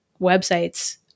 websites